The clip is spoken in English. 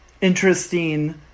interesting